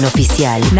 Oficial